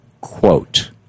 Quote